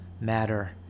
matter